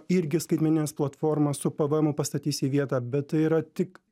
irgi skaitmenines platformas su pvmu pastatys į vietą bet tai yra tik